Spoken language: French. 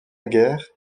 guerre